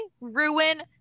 ruin